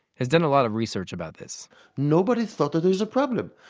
has done a lot of research about this nobody thought that there is a problem.